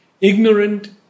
ignorant